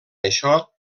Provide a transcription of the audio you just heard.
això